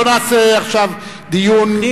לא נעשה עכשיו דיון,